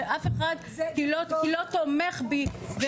שאף אחד לא תומך בי.